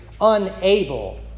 unable